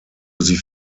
sie